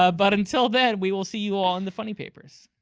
ah but until then we will see you all in the funny papers.